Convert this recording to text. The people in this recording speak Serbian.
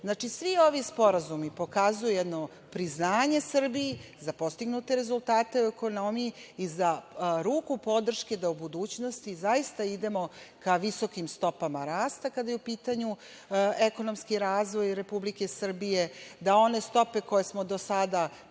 svi ovi sporazumi pokazuju jedno priznanje Srbiji za postignute rezultate u ekonomiji i za ruku podrške da u budućnosti zaista idemo ka visokim stopama rasta kada je u pitanju ekonomski razvoj Republike Srbije, da one stope koje smo do sada